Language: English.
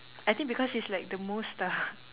I think because he's like the most uh